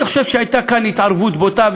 אני חושב שהייתה כאן התערבות בוטה,